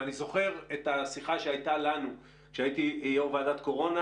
ואני זוכר את השיחה שהייתה לנו כשהייתי יו"ר ועדת קורונה,